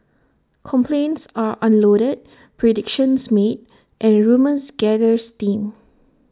complaints are unloaded predictions made and rumours gather steam